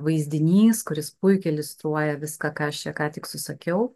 vaizdinys kuris puikiai iliustruoja viską ką aš čia ką tik susakiau